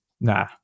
Nah